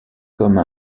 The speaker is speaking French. comme